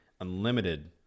unlimited